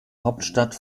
hauptstadt